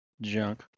junk